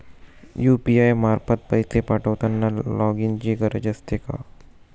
UPI मार्फत पैसे पाठवताना लॉगइनची गरज असते का?